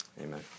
amen